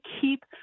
keep